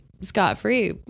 scot-free